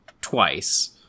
twice